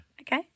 Okay